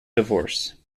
divorce